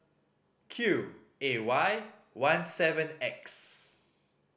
Q A Y one seven X